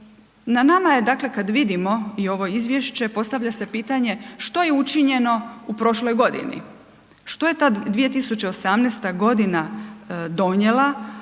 Na nama je dakle kad vidimo i ovo Izvješće, postavlja se pitanje što je učinjeno u prošloj godini, što je ta 2018. godina donijela,